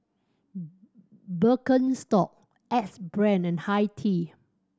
Birkenstock Axe Brand and Hi Tea